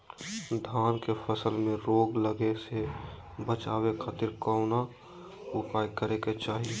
धान के फसल में रोग लगे से बचावे खातिर कौन उपाय करे के चाही?